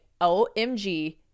OMG